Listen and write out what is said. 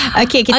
okay